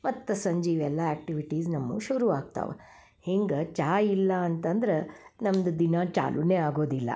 ಮತ್ತೆ ಸಂಜೆ ಇವೆಲ್ಲ ಆ್ಯಕ್ಟಿವಿಟೀಸ್ ನಮಗೆ ಶುರುವಾಗ್ತಾವೆ ಹೀಗೆ ಚಾ ಇಲ್ಲ ಅಂತಂದರೆ ನಮ್ಮದು ದಿನ ಚಾಲುನೇ ಆಗೋದಿಲ್ಲ